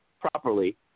properly